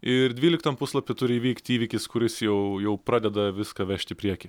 ir dvylikam puslapy turi įvykt įvykis kuris jau jau pradeda viską vežt į priekį